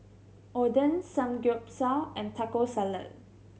Oden Samgeyopsal and Taco Salad